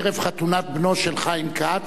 ערב חתונת בנו של חיים כץ,